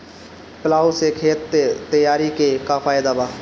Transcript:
Plough से खेत तैयारी के का फायदा बा?